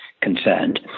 concerned